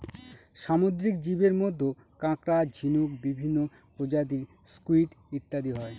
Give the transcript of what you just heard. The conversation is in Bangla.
সামুদ্রিক জীবের মধ্যে কাঁকড়া, ঝিনুক, বিভিন্ন প্রজাতির স্কুইড ইত্যাদি হয়